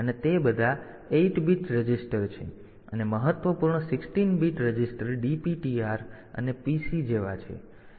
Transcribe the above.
તેથી અને તે બધા 8 બીટ રજીસ્ટર છે અને મહત્વપૂર્ણ 16 બીટ રજીસ્ટર DPTR અને PC જેવા છે